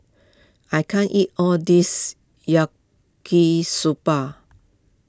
I can't eat all this Yaki Soba